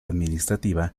administrativa